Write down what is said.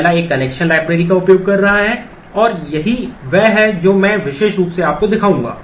पहला एक connection library का उपयोग कर रहा है और यही वह है जो मैं विशेष रूप से आपको दिखाऊंगा